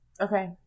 okay